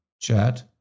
chat